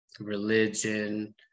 religion